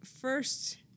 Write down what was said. first